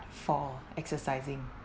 for exercising